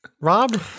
Rob